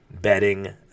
betting